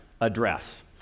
address